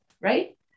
right